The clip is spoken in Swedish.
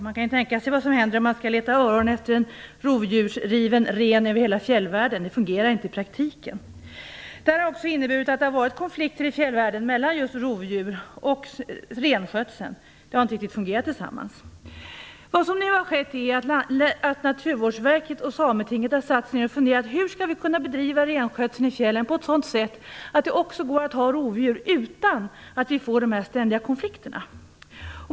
Vi kan tänka oss vad som händer när man skall leta efter öron från en rovdjursriven ren över hela fjällvärlden - det fungerar inte i praktiken. Det här har också inneburit konflikter i fjällvärlden just mellan rovdjur och renskötsel - de har inte fungerat tillsammans. Vad som nu har skett är att Naturvårdsverket och Sametinget har funderat hur det skall kunna bedrivas renskötsel i fjällvärlden på ett sådant sätt att det också går att ha rovdjur utan att det blir ständiga konflikter.